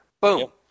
boom